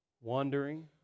Wandering